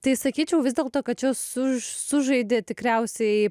tai sakyčiau vis dėl to kad čia suž sužaidė tikriausiai